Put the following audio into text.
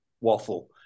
waffle